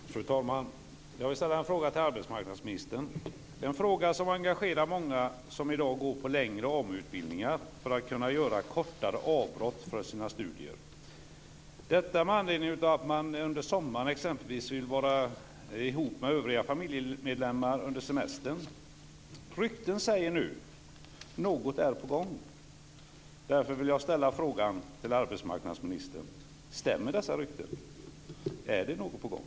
Fru talman! Jag vill vända mig till arbetsmarknadsministern. En fråga som engagerar många som i dag genomgår längre AMU-utbildningar är möjligheterna att göra kortare avbrott i sina studier. Man kan exempelvis på semestertid under sommaren vilja vara tillsammans med övriga familjemedlemmar. Rykten säger nu att något är på gång, och jag vill ställa följande fråga till arbetsmarknadsministern: Stämmer dessa rykten? Är det något på gång?